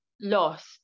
lost